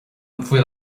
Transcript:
bhfuil